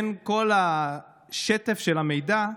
בכל השטף של המידע,